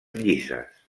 llises